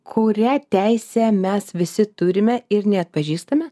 kurią teisę mes visi turime ir neatpažįstame